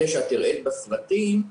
אלה שהראית בסרטון,